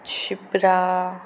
Shipra